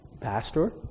pastor